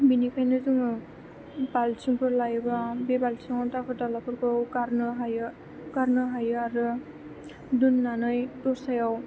जोङो बालथिंफोर लायोबा बे बालथिंआव दाखोर दालाफोरखौ गारनो हायो आरो दोननानै दस्रायाव